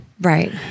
Right